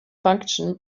function